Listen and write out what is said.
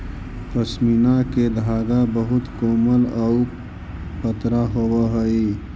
पशमीना के धागा बहुत कोमल आउ पतरा होवऽ हइ